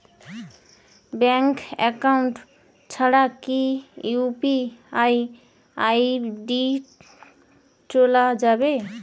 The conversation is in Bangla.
ব্যাংক একাউন্ট ছাড়া কি ইউ.পি.আই আই.ডি চোলা যাবে?